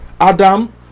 Adam